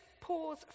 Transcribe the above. pause